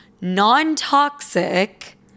non-toxic